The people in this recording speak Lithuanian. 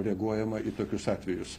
reaguojama į tokius atvejus